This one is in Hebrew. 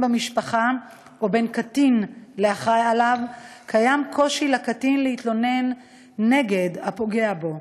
במשפחה או בין קטין לאחראי עליו יש לקטין קושי להתלונן נגד הפוגע בו,